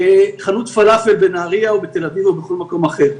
חנות פלאפל בנהרייה או בתל אביב או בכל מקום אחר.